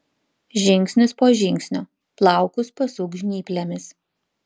žingsnis po žingsnio plaukus pasuk žnyplėmis